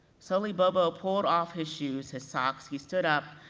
slowly, bobo pulled off his shoes, his socks, he stood up,